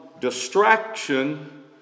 Distraction